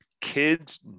kids